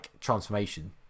transformation